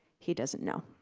he doesn't know.